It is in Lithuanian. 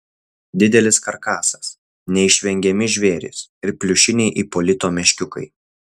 didelis karkasas neišvengiami žvėrys ir pliušiniai ipolito meškiukai